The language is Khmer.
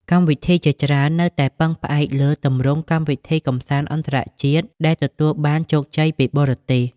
កម្មវិធីជាច្រើននៅតែពឹងផ្អែកលើ ទម្រង់កម្មវិធីកម្សាន្តអន្តរជាតិ ដែលទទួលបានជោគជ័យពីបរទេស។